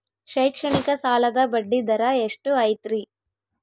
ಶೈಕ್ಷಣಿಕ ಸಾಲದ ಬಡ್ಡಿ ದರ ಎಷ್ಟು ಐತ್ರಿ?